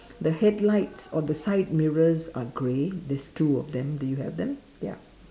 the headlights or the side mirrors are grey there's two of them do you have them ya